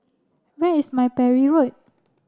where is my Parry Road